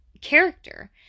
character